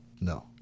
No